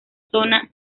zona